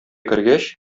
кергәч